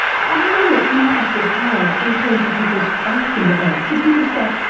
i'm wondering what impact it had in terms of people's faith in the banks. did people start,